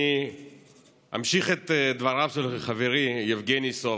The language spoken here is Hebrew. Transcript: אני אמשיך את דבריו של חברי יבגני סובה,